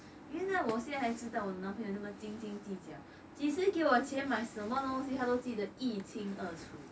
原来我现在还记得我的男朋友那么斤斤计较几时给我钱买什么东西他都记得一清二楚